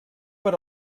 per